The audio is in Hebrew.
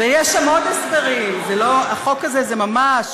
ויש שם עוד הסברים, החוק הזה זה ממש,